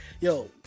yo